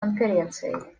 конференцией